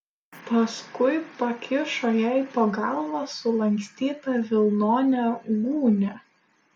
paskui pakišo jai po galva sulankstytą vilnonę gūnią